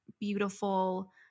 beautiful